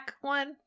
one